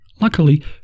Luckily